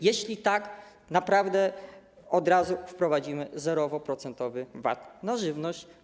Jeśli tak, to naprawdę od razu wprowadzimy 0-procentowy VAT na żywność.